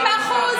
סתם עלילה.